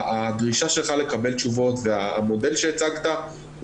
שהדרישה שלך לקבל תשובות והמודל שהצגת הוא